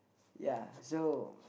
ya so